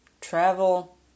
travel